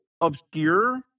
obscure